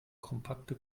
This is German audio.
kompakte